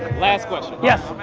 last question. yes.